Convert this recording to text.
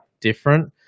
different